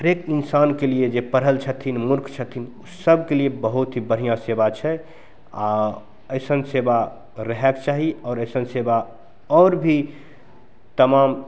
हरेक इन्सानके लिए जे पढ़ल छथिन मूर्ख छथिन ओ सभके लिए बहुत ही बढ़िआँ सेवा छै आओर अइसन सेवा रहैके चाही आओर अइसन सेवा आओर भी तमाम